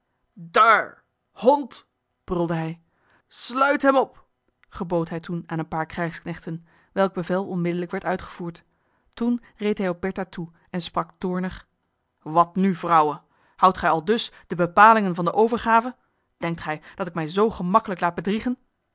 dààr hond brulde hij sluit hem op gebood hij toen aan een paar krijgsknechten welk bevel onmiddellijk werd uitgevoerd toen reed hij op bertha toe en sprak toornig wat nu vrouwe houdt gij aldus de bepalingen van de overgave denkt gij dat ik mij zoo gemakkelijk laat bedriegen